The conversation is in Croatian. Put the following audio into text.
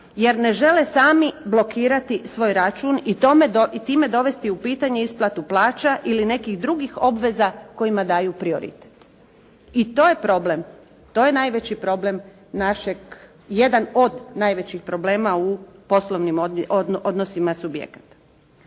jer ne žele sami blokirati svoj račun i time dovesti u pitanje isplatu plaća ili nekih drugih obveza kojima daju prioritet. I to je problem. To je najveći problem našeg, jedan od najvećih problema u poslovnim odnosima subjekata.